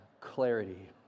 clarity